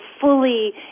fully